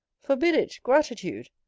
forbid it, gratitude!